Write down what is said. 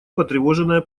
потревоженная